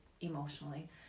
emotionally